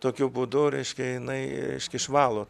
tokiu būdu reiškia jinai reiškia išvalo